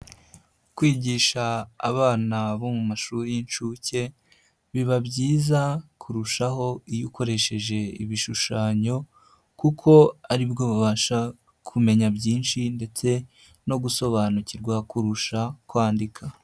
Kwigisha abana bo mu mashuri y'inshuke biba byiza kurushaho iyo ukoresheje ibishushanyo kuko ari bwo babasha kumenya byinshi ndetse no gusobanukirwa kurusha kwandika.